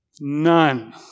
None